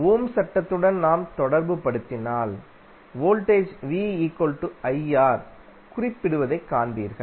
ஓம் சட்டத்துடன் நாம் தொடர்புபடுத்தினால் வோல்டேஜ் குறிப்பிடப்படுவதைக் காண்பீர்கள்